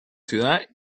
ciudad